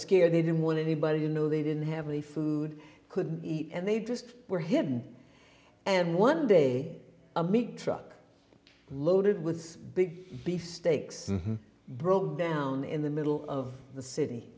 scared they didn't want anybody you know they didn't have any food couldn't eat and they just were hidden and one day a meat truck loaded with big beef steaks broke down in the middle of the city